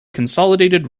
consolidated